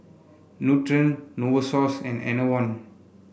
Nutren Novosource and Enervon